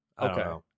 okay